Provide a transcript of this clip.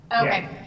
okay